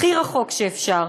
הכי רחוק שאפשר,